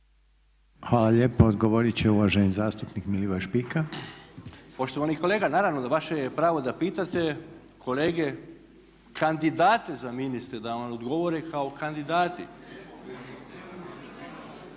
Hvala lijepo. Odgovoriti će uvaženi zastupnik Milivoj Špika. **Špika, Milivoj (BUZ)** Poštovani kolega naravno vaše je pravo da pitate kolege, kandidate za ministre, da vam odgovore kao kandidati.